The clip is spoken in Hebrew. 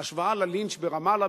ההשוואה ללינץ' ברמאללה,